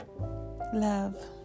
Love